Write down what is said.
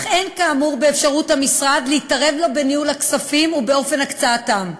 אך אין כאמור באפשרות המשרד להתערב בניהול הכספים ובאופן הקצאתם.